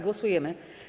Głosujemy.